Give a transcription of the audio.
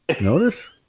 Notice